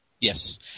Yes